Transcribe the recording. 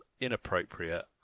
inappropriate